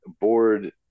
board